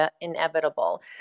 inevitable